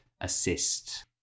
assist